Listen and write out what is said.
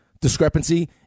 discrepancy